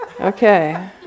Okay